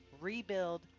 rebuild